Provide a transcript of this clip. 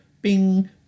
Bing